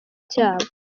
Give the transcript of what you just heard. cyabo